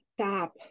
Stop